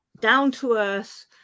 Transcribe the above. down-to-earth